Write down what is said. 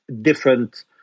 different